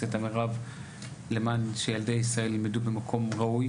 את המרב למען שילדי ישראל ילמדו במקום ראוי,